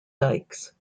dykes